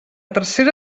tercera